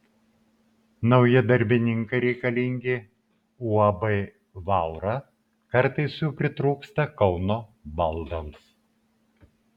nauji darbininkai reikalingi uab vaura kartais jų pritrūksta kauno baldams